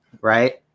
right